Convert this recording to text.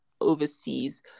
overseas